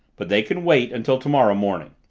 but they can wait until tomorrow morning.